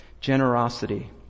Generosity